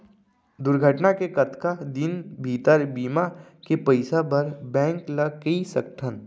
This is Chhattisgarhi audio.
दुर्घटना के कतका दिन भीतर बीमा के पइसा बर बैंक ल कई सकथन?